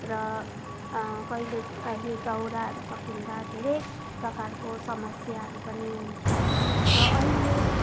र कहिलेकाहीँ दौराहरू सकिँदा धेरै प्रकारको समस्याहरू पनि हुन्थ्यो र अहिले